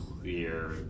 clear